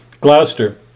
Gloucester